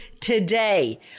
today